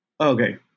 okay